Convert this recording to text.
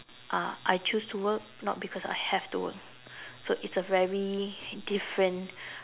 uh I choose to work not because I have to work so it's a very different